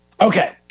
Okay